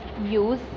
Use